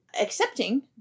accepting